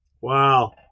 Wow